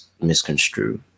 misconstrue